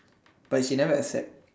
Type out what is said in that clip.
but she never accept